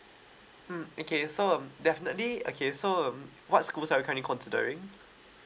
mm okay so um definitely okay so um what's school are you currently considering